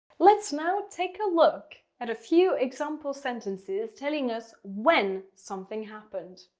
let's now take a look at a few example sentences telling us when something happened.